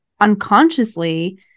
unconsciously